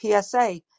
PSA